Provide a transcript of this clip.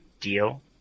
deal